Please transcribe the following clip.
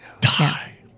Die